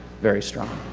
very strong.